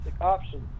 option